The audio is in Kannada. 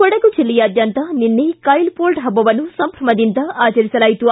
ಕೊಡಗು ಜಿಲ್ಲೆಯಾದ್ಯಂತ ನಿನ್ನೆ ಕೈಲ್ ಮೊಳ್ಡ್ ಹಬ್ಬವನ್ನು ಸಂಭ್ರಮದಿಂದ ಆಚರಿಸಲಾಯಿತು